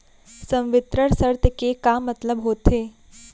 संवितरण शर्त के का मतलब होथे?